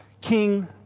King